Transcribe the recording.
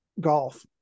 golf